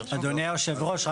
אדוני היושב-ראש,